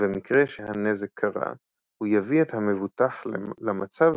ובמקרה שהנזק קרה הוא יביא את המבוטח למצב